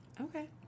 okay